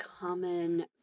common